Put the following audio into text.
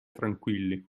tranquilli